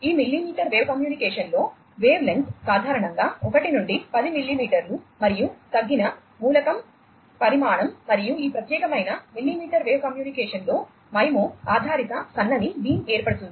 ఈ millimetre wave కమ్యూనికేషన్లో wavelength సాధారణంగా 1 నుండి 10 మిల్లీమీటర్లు మరియు తగ్గిన మూలకం పరిమాణం మరియు ఈ ప్రత్యేకమైన మిల్లీమీటర్ వేవ్ కమ్యూనికేషన్లో MIMO ఆధారిత సన్నని బీమ్ ఏర్పడుతుంది